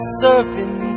surfing